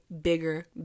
bigger